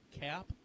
cap